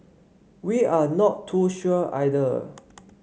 we are not too sure either